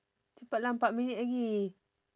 cepat lah empat minit lagi